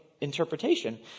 interpretation